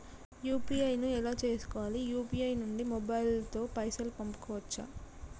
UPI ను ఎలా చేస్కోవాలి యూ.పీ.ఐ నుండి మొబైల్ తో పైసల్ పంపుకోవచ్చా?